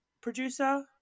producer